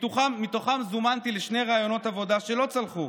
ומתוך זה זומנתי לשני ראיונות עבודה והם לא צלחו.